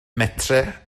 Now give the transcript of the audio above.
metrau